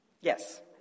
Yes